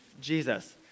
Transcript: Jesus